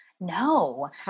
No